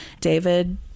David